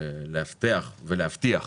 לאבטח ולהבטיח